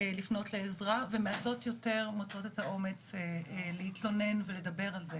לפנות לעזרה ומעטות יותר מוצאות את האומץ להתלונן ולדבר על זה.